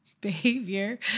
behavior